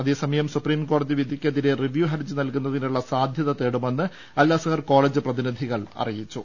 അതേസമയം സുപ്രിം കോടതി വിധിക്ക് എതിരെ റിവ്യൂ ഹരജി നൽകുന്നതിനുള്ള സാധ്യത തേടുമെന്ന് അൽ അസ്ഹർ കോളജ് പ്രതിനിധികൾ അറിയിച്ചു